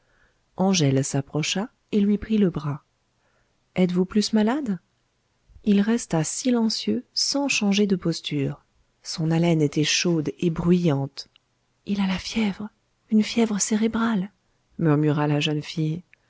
angèle s'approcha et lui prit le bras êtes-vous plus malade il resta silencieux sans changer de posture son haleine était chaude et bruyante il a la fièvre une fièvre cérébrale murmura la jeune fille